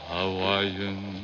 Hawaiian